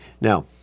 Now